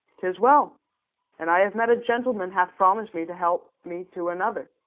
tis well and i have met a gentleman hath promis'd me to help me to another,